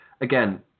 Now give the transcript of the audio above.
again